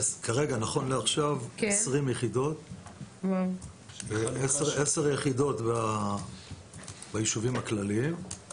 חמש יחידות בחברה הערבית וחמש בשיטור המועצתי במועצות אזוריות.